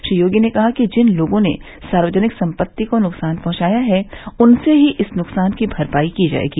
श्री योगी ने कहा कि जिन लोगों ने सार्वजनिक संपत्ति को नुकसान पहुंचाया है उनसे ही इस नुकसान की भरपायी की जाएगी